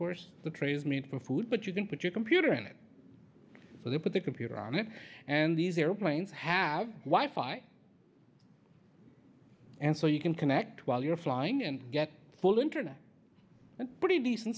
course the trays meet for food but you can put your computer in it for you put the computer on it and these airplanes have why fight and so you can connect while you're flying and get full internet and pretty decent